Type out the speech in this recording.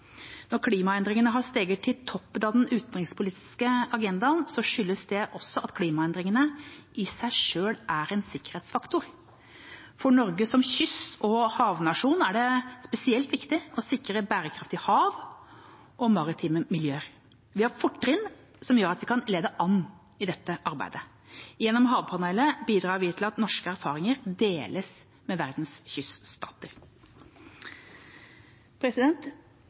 Når klimaendringene har steget til toppen av den utenrikspolitiske agendaen, skyldes det også at klimaendringene i seg selv er en sikkerhetsfaktor. For Norge som kyst og havnasjon er det spesielt viktig å sikre bærekraftige hav og maritime miljøer. Vi har fortrinn som gjør at vi kan lede an i dette arbeidet. Gjennom Havpanelet bidrar vi til at norske erfaringer deles med verdens